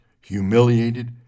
humiliated